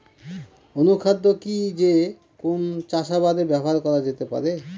অনুখাদ্য কি যে কোন চাষাবাদে ব্যবহার করা যেতে পারে?